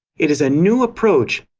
it is a new approach,